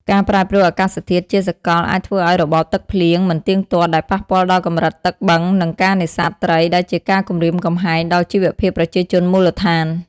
ការប្រែប្រួលអាកាសធាតុជាសកលអាចធ្វើឱ្យរបបទឹកភ្លៀងមិនទៀងទាត់ ដែលប៉ះពាល់ដល់កម្រិតទឹកបឹងនិងការនេសាទត្រី ដែលជាការគំរាមកំហែងដល់ជីវភាពប្រជាជនមូលដ្ឋាន។